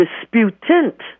disputant